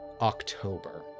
October